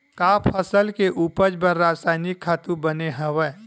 का फसल के उपज बर रासायनिक खातु बने हवय?